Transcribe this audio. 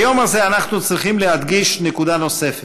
ביום הזה אנחנו צריכים להדגיש נקודה נוספת.